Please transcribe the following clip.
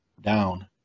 down